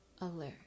alert